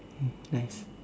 nice